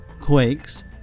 quakes